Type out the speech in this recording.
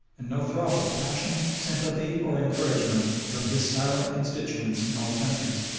and no throb of passion, sympathy, or encouragement from his silent constituents in all countries.